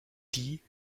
die